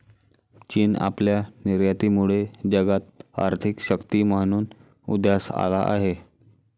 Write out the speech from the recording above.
चीन आपल्या निर्यातीमुळे जगात आर्थिक शक्ती म्हणून उदयास आला आहे